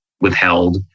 withheld